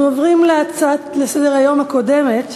אנחנו עוברים להצעה לסדר-היום הקודמת,